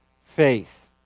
faith